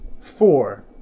Four